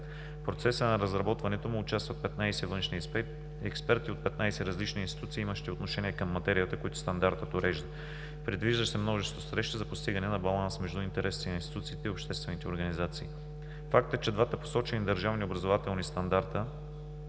В процеса на разработването му участват 15 външни експерти от 15 различни институции, имащи отношение към материята, които стандартът урежда. Предвиждат се множество срещи за постигане на баланс между интересите на институциите и обществените организации. Фактът, че двата посочени държавни образователни стандарта